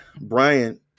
Brian